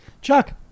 Chuck